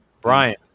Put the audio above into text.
Brian